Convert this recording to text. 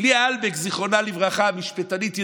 פליאה אלבק, זיכרונה לברכה, משפטנית ידועה,